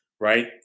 Right